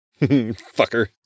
Fucker